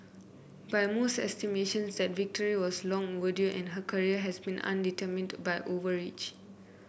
by most estimations that victory was long overdue and her career had been undermined by overreach